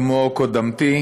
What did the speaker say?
כמו קודמתי,